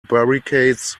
barricades